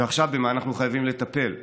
ועכשיו, במה אנחנו חייבים לטפל מיידית?